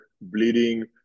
bleeding